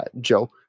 Joe